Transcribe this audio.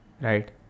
right